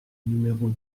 numéro